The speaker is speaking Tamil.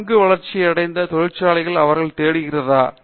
நன்கு வளர்ச்சி அடைத்த தொழிற்சாலைகள் அவர்களை தேடுகிறார்களா